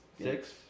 six